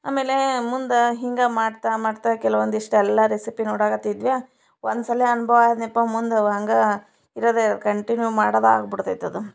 ಆಮೇಲೆ ಮುಂದೆ ಹಿಂಗೆ ಮಾಡ್ತಾ ಮಾಡ್ತಾ ಕೆಲವೊಂದಿಷ್ಟು ಎಲ್ಲ ರೆಸಿಪಿ ನೋಡಾಕತ್ತಿದ್ದಿವ್ಯಾ ಒಂದ್ಸಲ ಅನುಭವ ಆದ್ನಪ್ಪ ಮುಂದೆ ಅವು ಹಂಗೆ ಇರೋದೆ ಕಂಟಿನ್ಯೂ ಮಾಡೋದಾ ಆಗ್ಬಿಡ್ತೈತದು